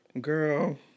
girl